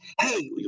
hey